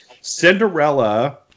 Cinderella